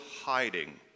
hiding